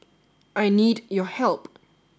I need your help